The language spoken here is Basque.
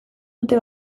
dute